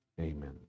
Amen